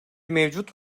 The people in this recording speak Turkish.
mevcut